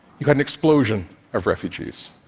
you had an explosion of refugees.